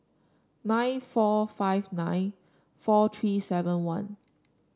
nine four five nine four three seven one